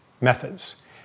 methods